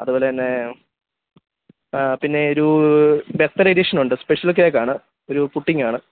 അതുപോലെന്നെ ആ പിന്നെ ഒരു ബെർത്ഡേ എഡിഷനുണ്ട് സ്പെഷൽ കേക്ക് ആണ് ഒരു പുഡിങ് ആണ്